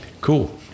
Cool